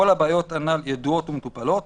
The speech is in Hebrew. כל הבעיות הנ"ל ידועות ומטופלות.